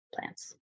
plants